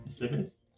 Yes